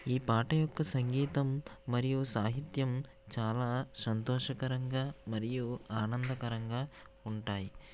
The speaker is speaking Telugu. ఈ పాట యొక్క సంగీతం మరియు సాహిత్యం చాలా సంతోషకరంగా మరియు ఆనందకరంగా ఉంటాయి